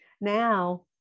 now